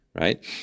right